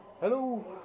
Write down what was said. hello